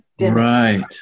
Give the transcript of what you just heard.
right